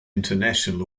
international